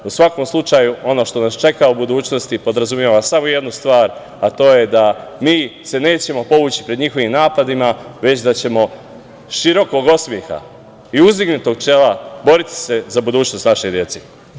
U svakom slučaju, ono što nas čeka u budućnosti podrazumeva samo jednu stvar, a to je da mi se nećemo povući pred njihovim napadima već da ćemo širokog osmeha i uzdignutog čela boriti se za budućnost naše dece.